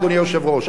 אדוני היושב-ראש,